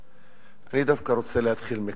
ואני דווקא רוצה להתחיל מכאן.